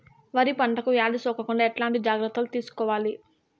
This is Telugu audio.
వరి పంటకు వ్యాధి సోకకుండా ఎట్లాంటి జాగ్రత్తలు తీసుకోవాలి?